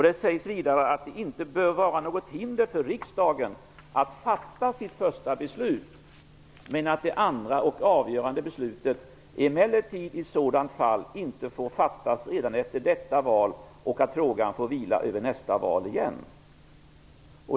Det sägs vidare att det inte bör vara något hinder för riksdagen att fatta sitt första beslut men att det andra och avgörande beslutet emellertid i sådant fall inte får fattas redan efter detta val utan frågan får vila över nästa val.